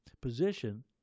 position